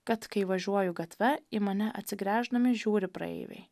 kad kai važiuoju gatve į mane atsigręždami žiūri praeiviai